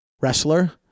wrestler